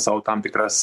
sau tam tikras